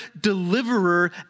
deliverer